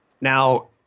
Now